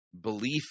belief